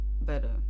better